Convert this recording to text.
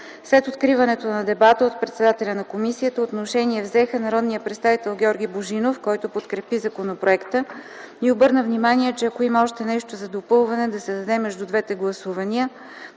След откриването на дебата от председателя на комисията отношение взеха народният представител Георги Божинов, който подкрепи законопроекта и обърна внимание, че ако има още нещо за допълване – да се даде между двете гласувания;